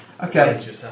Okay